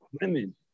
women